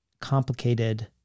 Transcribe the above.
complicated